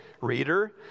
reader